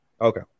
Okay